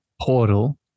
portal